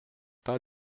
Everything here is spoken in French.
pas